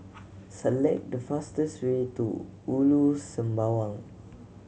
select the fastest way to Ulu Sembawang